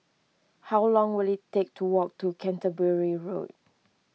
how long will it take to walk to Canterbury Road